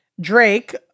Drake